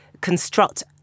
construct